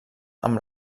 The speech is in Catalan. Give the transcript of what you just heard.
amb